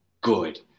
good